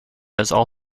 also